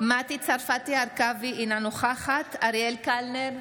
מטי צרפתי הרכבי, אינה נוכחת אריאל קלנר,